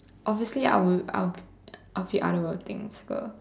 obviously I would I'll I'll pick other things uh